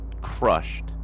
crushed